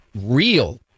real